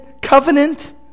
covenant